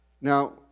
Now